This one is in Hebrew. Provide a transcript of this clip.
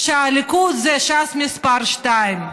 שהליכוד זה ש"ס מספר שתיים,